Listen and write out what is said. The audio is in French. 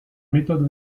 méthode